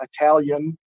Italian